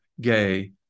gay